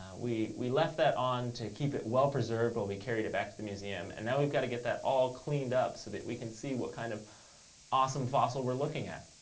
we we left that on to keep it well-preserved while we carried it back to the museum. and now we've got to get that all cleaned up so that we can see what kind of awesome fossil we're looking at.